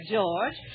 George